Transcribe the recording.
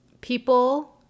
people